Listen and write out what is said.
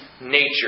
nature